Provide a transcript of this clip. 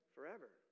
Forever